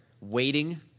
waiting